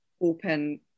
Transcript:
open